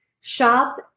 shop